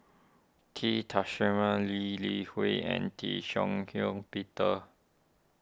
T Lee Li Hui and Tee Shih Shiong Peter